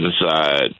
inside